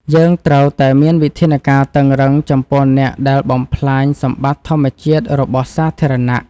យើងត្រូវតែមានវិធានការតឹងរ៉ឹងចំពោះអ្នកដែលបំផ្លាញសម្បត្តិធម្មជាតិរបស់សាធារណៈ។